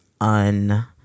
un